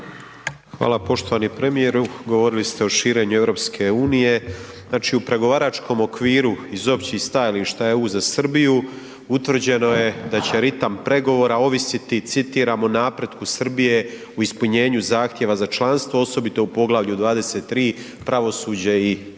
Hvala. Poštovani premijeru. Govorili ste o širenju EU, znači u pregovaračkom okviru iz općih stajališta EU za Srbiju utvrđeno je da će ritam pregovora ovisiti citiram „u napretku Srbije u ispunjenju zahtjeva za članstvo osobito u poglavlju 23. -Pravosuđe i temeljna